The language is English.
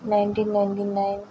nineteen ninety nine